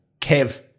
Kev